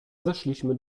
zeszliśmy